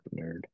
nerd